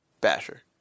Basher